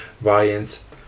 variants